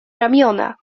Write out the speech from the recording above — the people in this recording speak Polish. ramiona